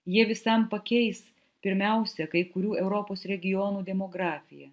jie visam pakeis pirmiausia kai kurių europos regionų demografiją